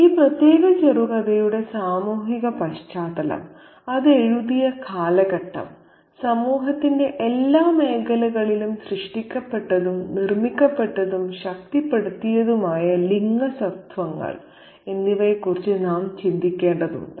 ഈ പ്രത്യേക ചെറുകഥയുടെ സാമൂഹിക പശ്ചാത്തലം അത് എഴുതിയ കാലഘട്ടം സമൂഹത്തിന്റെ എല്ലാ മേഖലകളിലും സൃഷ്ടിക്കപ്പെട്ടതും നിർമ്മിക്കപ്പെട്ടതും ശക്തിപ്പെടുത്തിയതുമായ ലിംഗ സ്വത്വങ്ങൾ എന്നിവയെക്കുറിച്ച് നാം ചിന്തിക്കേണ്ടതുണ്ട്